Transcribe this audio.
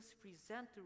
present